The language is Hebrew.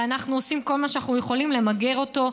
ואנחנו עושים כל מה שאנחנו יכולים למגר אותו,